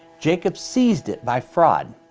jacob seized it by fraud.